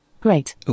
Great